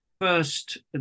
first